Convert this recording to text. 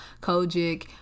Kojic